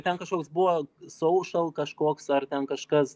ten kažkoks buvo saušal kažkoks ar ten kažkas